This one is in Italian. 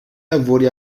lavori